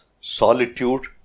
solitude